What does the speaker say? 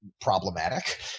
problematic